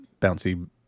bouncy